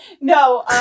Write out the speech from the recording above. no